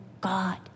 God